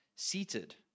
seated